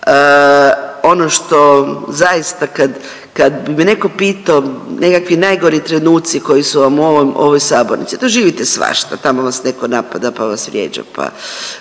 ono što zaista kad, kad bi me neko pitao, nekakvi najgori trenuci koji su vam u ovom, u ovoj sabornici, doživite svašta, tamo vas neko napada, pa vas vrijeđa,